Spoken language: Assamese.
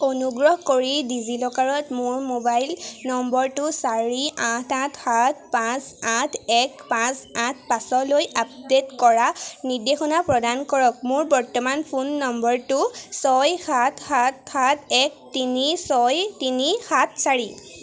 অনুগ্ৰহ কৰি ডিজি লকাৰত মোৰ মোবাইল নম্বৰটো চাৰি আঠ আঠ সাত পাঁচ আঠ এক পাঁচ আঠ পাঁচলৈ আপডেট কৰাৰ নিৰ্দেশনা প্ৰদান কৰক মোৰ বৰ্তমান ফোন নম্বৰটো ছয় সাত সাত সাত এক তিনি ছয় তিনি সাত চাৰি